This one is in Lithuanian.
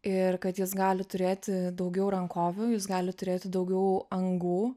ir kad jis gali turėti daugiau rankovių jis gali turėti daugiau angų